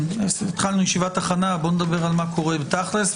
התחלנו ישיבת הכנה, בוא נדבר על מה קורה תכל'ס.